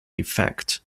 effect